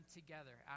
together